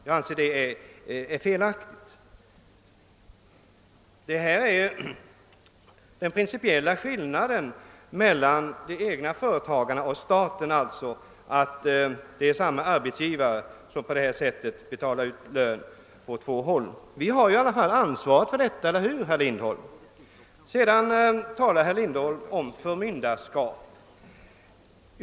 Jag anser det är felaktigt. Det principiellt felaktiga i det nuvarande förhållandet är att samma arbetsgivare, staten, på detta sätt betalar ut lön på två håll till samma person, som endast fullgör en tjänst. Riksdagen har ju i alla fall ansvaret för detta, eller hur, herr Lindholm? Vidare talar herr Lindholm om förmynderskap.